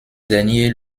dernier